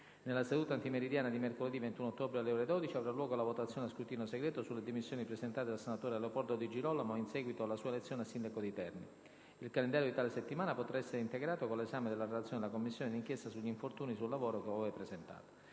Nella seduta antimeridiana di mercoledì 21 ottobre, alle ore 12, avrà luogo la votazione a scrutinio segreto sulle dimissioni presentate dal senatore Leopoldo Di Girolamo in seguito alla sua elezione a sindaco di Terni. Il calendario di tale settimana potrà essere integrato con 1'esame della relazione della Commissione di inchiesta sugli infortuni sul lavoro, ove presentata.